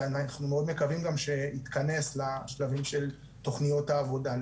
ואנחנו מאוד מקווים גם שנתכנס לשלבים של תכניות העבודה.